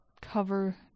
cover